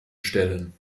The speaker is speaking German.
stellen